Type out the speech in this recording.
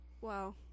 Wow